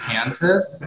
Kansas